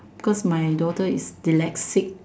cause my daughter is dyslexic